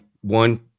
one